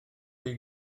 chi